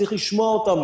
צריך לשמוע אותם,